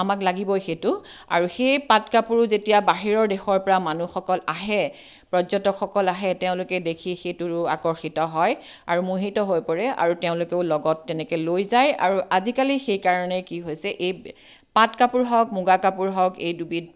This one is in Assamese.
আমাক লাগিবই সেইটো আৰু সেই পাট কাপোৰো যেতিয়া বাহিৰৰ দেশৰ পৰা মানুহসকল আহে পৰ্যটকসকল আহে তেওঁলোকে দেখি সেইটো আকৰ্ষিত হয় আৰু মোহিত হৈ পৰে আৰু তেওঁলোকেও লগত তেনেকৈ লৈ যায় আৰু আজিকালি সেইকাৰণে কি হৈছে এই পাট কাপোৰ হওক মুগা কাপোৰ হওক এই দুবিধ